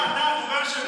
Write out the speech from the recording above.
אתה הדובר שלו.